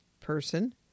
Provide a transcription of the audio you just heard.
person